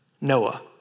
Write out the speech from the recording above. Noah